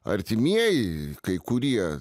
artimieji kai kurie